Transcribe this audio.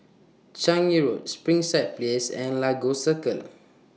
Changi Road Springside Place and Lagos Circle